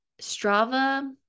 Strava